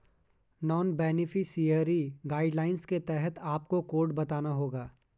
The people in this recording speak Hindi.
नॉन बेनिफिशियरी गाइडलाइंस के तहत आपको कोड बताना होगा